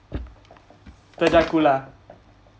tejakula